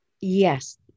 Yes